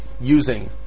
using